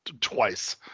twice